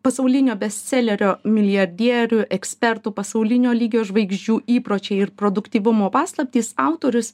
pasaulinio bestselerio milijardierių ekspertų pasaulinio lygio žvaigždžių įpročiai ir produktyvumo paslaptys autorius